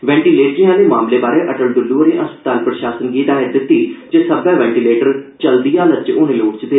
ventilators आले मामलें बारे अटल डुल्लू होरें अस्पताल प्रशासन गी हिदायत दित्ती जे सब्बै वैंटीलेटर चलदी अवस्था च होने लोड़चदे